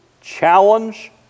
challenge